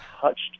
touched